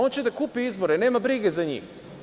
On će da kupi izbore, nema brige za njih.